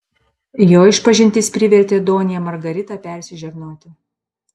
jo išpažintis privertė donją margaritą persižegnoti